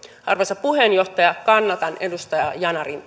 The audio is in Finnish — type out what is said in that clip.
arvoisa puheenjohtaja kannatan edustaja yanarin